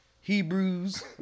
Hebrews